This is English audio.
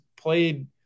played